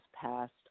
passed